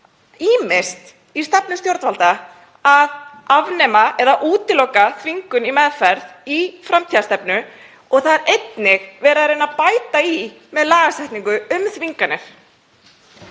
um í stefnu stjórnvalda að afnema eða útiloka þvingun í meðferð í framtíðarstefnu en það er einnig verið að reyna að bæta í með lagasetningu um þvinganir.